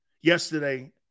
yesterday